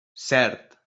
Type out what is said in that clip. cert